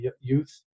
youth